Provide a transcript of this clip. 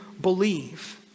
believe